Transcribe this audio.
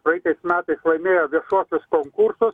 praėjusiais metais laimėjo viešuosius konkursus